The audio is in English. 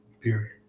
period